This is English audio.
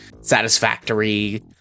satisfactory